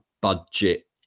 budget